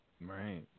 Right